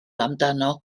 amdano